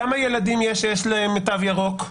כמה ילדים יש שיש להם תו ירוק,